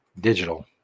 Digital